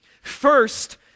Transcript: First